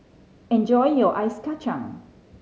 enjoy your Ice Kachang